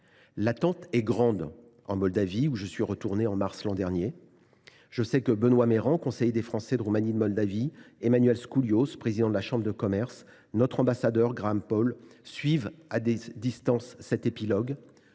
L’attente est grande en Moldavie, où je suis retourné en mars l’an dernier. Je sais que Benoît Mayrand, conseiller des Français de l’étranger, Emmanuel Skoulios, président de la chambre de commerce France Moldavie, et notre ambassadeur Graham Paul suivent à distance cet épilogue.